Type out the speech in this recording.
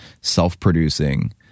self-producing